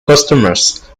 customers